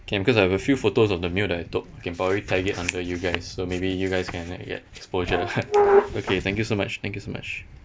can because I have a few photos of the meal that I took I can probably tag it under you guys so maybe you guys can get exposure okay thank you so much thank you so much